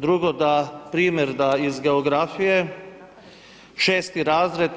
Drugo da, primjer da iz geografije 6. razred